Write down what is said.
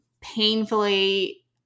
painfully